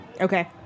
Okay